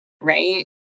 right